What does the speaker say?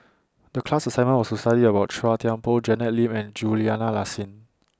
The class assignment was to study about Chua Thian Poh Janet Lim and Juliana Yasin